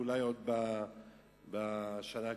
ואולי עוד בשנה הקרובה.